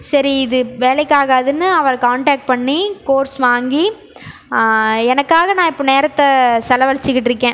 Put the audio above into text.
சரி இது வேலைக்காகாதுன்னு அவரை கான்டெக்ட் பண்ணி கோர்ஸ் வாங்கி எனக்காக நான் இப்போ நேரத்தை செலவழிச்சு கிட்டிருக்கேன்